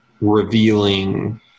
revealing